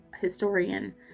historian